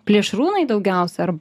plėšrūnai daugiausiai ar